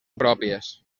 pròpies